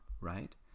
right